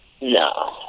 No